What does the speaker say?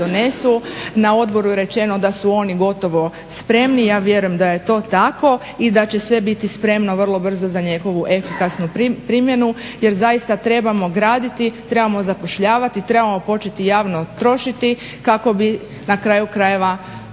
Na odboru je rečeno da su oni gotovo spremni. Ja vjerujem da je to tako i da će sve biti spremno vrlo brzo za njegovu efikasnu primjenu jer zaista trebamo graditi, trebamo zapošljavati, trebamo početi javno trošiti kako bi na kraju krajeva pomake